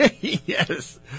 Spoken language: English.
yes